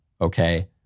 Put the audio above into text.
Okay